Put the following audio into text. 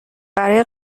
برای